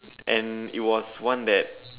and it was one that